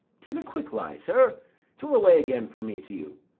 tis a quick lie, sir t will away again from me to you.